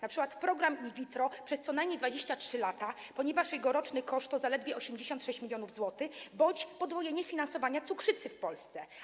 Na przykład program in vitro przez co najmniej 23 lata, ponieważ jego roczny koszt to zaledwie 86 mln zł, bądź podwojenie finansowania leczenia cukrzycy w Polsce.